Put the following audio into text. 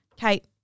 kate